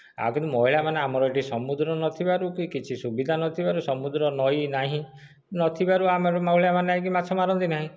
ଆଉ କିନ୍ତୁ ମହିଳାମାନେ ଆମର ଏଇଠି ସମୁଦ୍ର ନଥିବାରୁ କି କିଛି ସୁବିଧା ନଥିବାରୁ ସମୁଦ୍ର ନଈ ନାହିଁ ନଥିବାରୁ ଆମର ମହିଳାମାନେ ଯାଇକି ମାଛ ମାରନ୍ତି ନାହିଁ